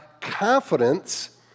confidence